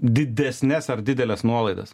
didesnes ar dideles nuolaidas